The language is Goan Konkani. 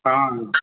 सांग